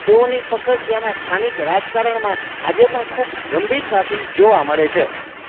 તેઓની પકડ ત્યાંનાં સ્થાનિક રાજકારણમાં આજે પણ ખૂબ ગંભીરતાથી જોવા મળે છે